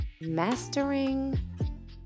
mastering